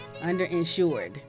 underinsured